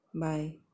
Bye